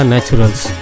Naturals